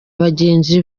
bagenzi